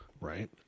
Right